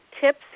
tips